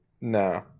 No